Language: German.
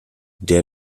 der